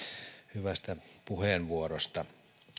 hyvästä puheenvuorosta